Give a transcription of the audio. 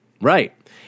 right